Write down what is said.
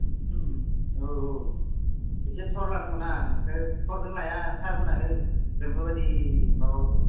औ औ एसे खबर लानांगौना खबरखौनो लाया नोंसोर थरखौनो लाया सारमोनहानो जोंफोरबायदि माबाफोरखौ